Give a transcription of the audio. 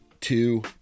two